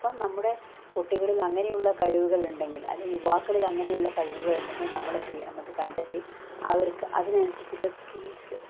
അപ്പം നമ്മുടെ കുട്ടികളിൽ അങ്ങനെയുള്ള കഴിവുകൾ ഉണ്ടെങ്കിൽ അല്ലെങ്കിൽ യുവാക്കളിൽ അങ്ങനെയുള്ള കഴിവുകൾ ഉണ്ടെങ്കിൽ നമ്മളെന്തെയ്യണം അത് കണ്ടെത്തി അവർക്ക് അതിനനുസരിച്ചിട്ടുള്ള സ്കിൽസ്